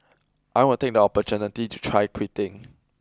I'll take the opportunity to try quitting